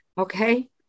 Okay